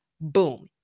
Boom